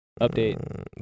update